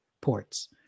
ports